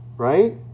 Right